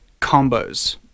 combos